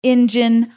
Engine